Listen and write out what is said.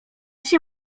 się